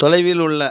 தொலைவில் உள்ள